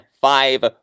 five